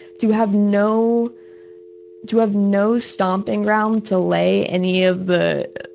to have no to have no stomping ground to lay any of the